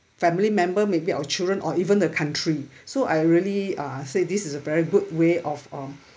family member maybe our children or even the country so I really uh say this is a very good way of um